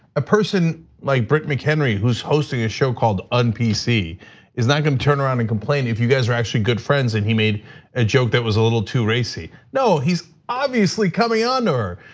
a person like britt mchenry who's hosting a show called un-pc is not going to turn around and complain if you guys are actually good friends and he made and ah joke that was a little too racy. no, he's obviously coming onto her.